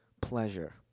pleasure